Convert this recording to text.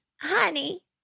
honey